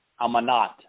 amanat